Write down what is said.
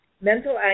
mental